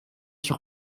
sur